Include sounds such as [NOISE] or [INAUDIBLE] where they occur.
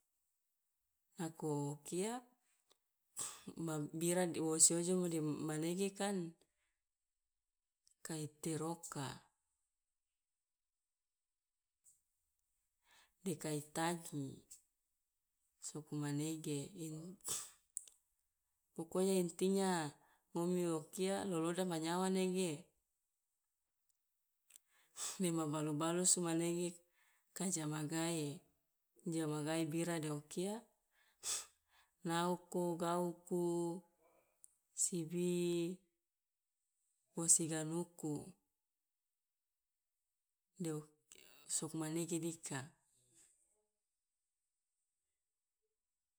Nako kia [NOISE] ma bira de wo si ojomo de m- manege kan kai teroka, de kai tagi soko manege [NOISE] pokonya intinya ngomi o kia loloda manyawa nege dema balu balusu manege ka ja magae, ja magae bira de o kia [NOISE] naoko, gauku, sibi, wo siganuku, de o- sugmanege dika.